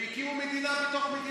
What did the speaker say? חוקים בעצמם והקימו מדינה בתוך מדינה,